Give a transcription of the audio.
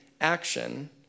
action